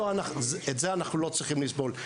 את זה אנחנו לא צריכים לסבול.